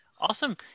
awesome